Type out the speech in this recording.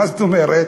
מה זאת אומרת?